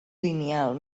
lineal